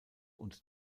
und